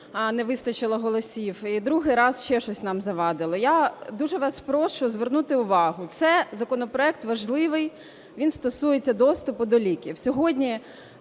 не вистачило голосів, і другий раз ще щось нам завадило. Я дуже вас прошу звернути увагу, це законопроект важливий, він стосується доступу до ліків. Сьогодні